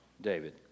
David